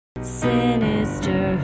Sinister